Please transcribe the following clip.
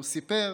הוא סיפר